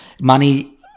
money